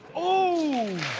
a